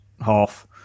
half